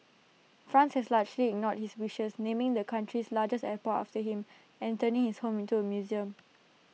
France has largely ignored his wishes naming the country's largest airport after him and turning his home into A museum